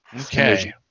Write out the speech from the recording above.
Okay